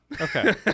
okay